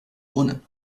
wohne